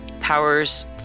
powers